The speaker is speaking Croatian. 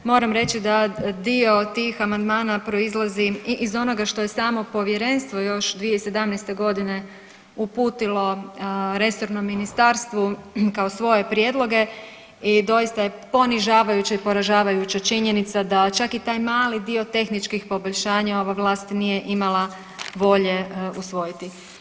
Moram reći da dio tih amandmana proizlazi i iz onoga što je samo povjerenstvo još 2017. godine uputilo resornom ministarstvu kao svoje prijedloge i doista je ponižavajuća i poražavajuća činjenica da čak i taj mali dio tehničkih poboljšanja ova vlast nije imala volje usvojiti.